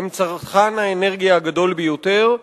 הם צרכן האנרגיה הגדול ביותר,